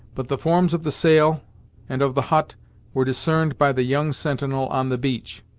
but the forms of the sail and of the hut were discerned by the young sentinel on the beach,